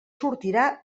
sortirà